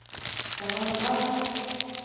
चावल दालि